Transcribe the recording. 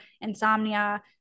insomnia